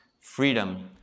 freedom